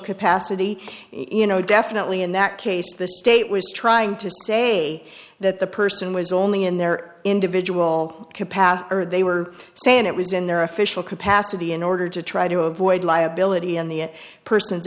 capacity you know definitely in that case the state was trying to say that the person was only in their individual capacity or they were saying it was in their official capacity in order to try to avoid liability in the person's